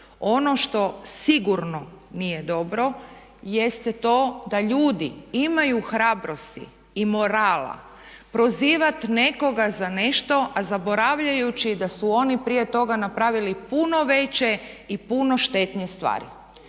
Ono što sigurno nije dobro jeste to da ljudi imaju hrabrosti i morala prozivati nekoga za nešto a zaboravljajući da su oni prije toga napravili puno veće i puno štetnije stvari.